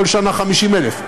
כל שנה 50,000,